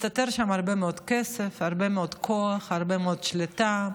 מסתתרים שם הרבה מאוד כסף והרבה מאוד כוח והרבה מאוד שליטה,